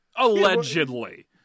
Allegedly